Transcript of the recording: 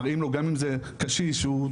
מראים לו גם אם זה קשיש שצורח,